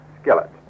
skillet